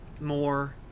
more